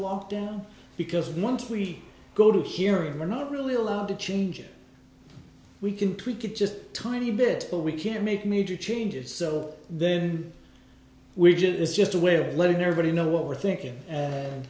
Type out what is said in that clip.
walk down because once we go to here and we're not really allowed to change it we can tweak it just a tiny bit but we can't make major changes so then we get is just a way of letting everybody know what we're thinking and